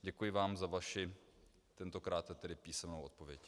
Děkuji vám za vaši, tentokrát písemnou, odpověď.